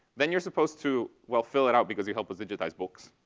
then you're supposed to, well, fill it out because you help us digitize books,